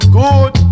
good